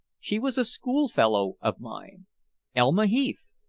she was a schoolfellow of mine elma heath.